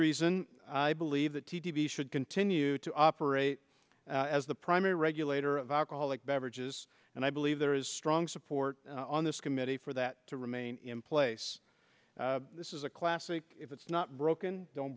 reason i believe that t v should continue to operate as the primary regulator of alcoholic beverages and i believe there is strong support on this committee for that to remain in place this is a classic if it's not broken don't